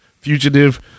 Fugitive